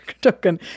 token